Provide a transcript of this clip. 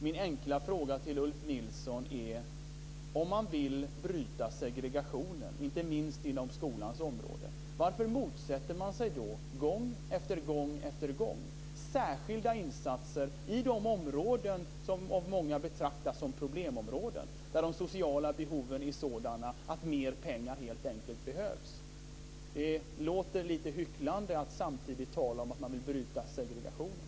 Min enkla fråga till Ulf Nilsson är: Om man vill bryta segregationen, inte minst inom skolans område, varför motsätter man sig då gång efter gång särskilda insatser i de områden som av många betraktas som problemområden, där de sociala behoven är sådana att mer pengar helt enkelt behövs? Då låter det lite hycklande att samtidigt tala om att man vill bryta segregationen.